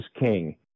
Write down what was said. king